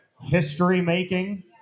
history-making